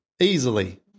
easily